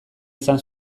izan